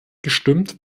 gestimmt